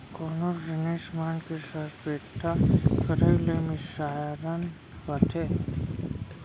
कोनो जिनिस मन के सरपेट्टा करई ल मिझारन कथें